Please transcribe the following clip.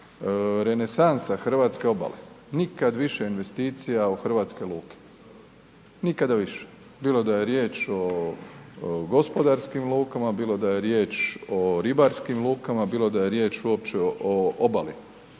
Renesansa hrvatske obale, nikad više investicija u hrvatske luke. Nikada više. Bilo da je riječ o gospodarskim lukama, bilo da je riječ o ribarskim lukama, bilo da je riječ uopće o obali